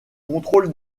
contrôle